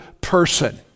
person